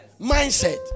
Mindset